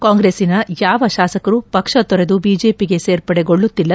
ಕಾಂಗ್ರೆಸ್ಸಿನ ಯಾವ ಶಾಸಕರು ಪಕ್ಷ ತೊರೆದು ಬಿಜೆಪಿಗೆ ಸೇರ್ಪಡೆಗೊಳ್ಳುತ್ತಿಲ್ಲ